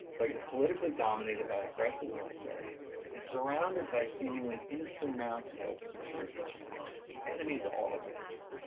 but you're politically dominated by an aggressive military and surrounded by seemingly insurmountable security challenges, enemies all around you.